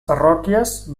parròquies